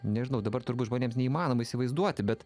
nežinau dabar turbūt žmonėms neįmanoma įsivaizduoti bet